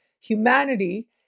humanity